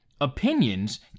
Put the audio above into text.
opinions